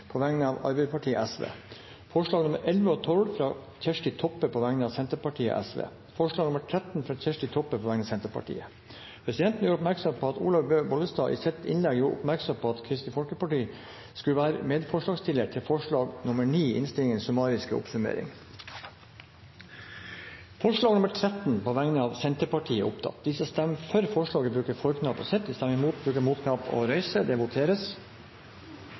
på vegne av Arbeiderpartiet, Senterpartiet og Sosialistisk Venstreparti forslagene nr. 8 og 10, fra Karianne O. Tung på vegne av Arbeiderpartiet og Sosialistisk Venstreparti forslagene nr. 11 og 12, fra Kjersti Toppe på vegne av Senterpartiet og Sosialistisk Venstreparti forslag nr. 13, fra Kjersti Toppe på vegne av Senterpartiet Presidenten gjør oppmerksom på at Olaug V. Bollestad i sitt innlegg gjorde oppmerksom på at Kristelig Folkeparti skulle være medforslagsstiller til forslag nr. 9 i innstillingens summariske oppsummering. Det voteres